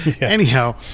anyhow